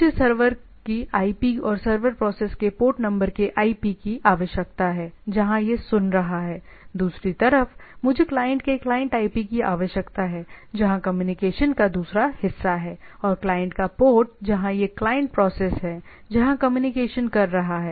मुझे सर्वर की आईपी और सर्वर प्रोसेस के पोर्ट नंबर के आईपी की आवश्यकता है जहां यह सुन रहा है दूसरी तरफ मुझे क्लाइंट के क्लाइंट आईपी की आवश्यकता है जहां कम्युनिकेशन का दूसरा हिस्सा है और क्लाइंट का पोर्ट जहां यह क्लाइंट प्रोसेस है जहां कम्युनिकेशन कर रहा है